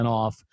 off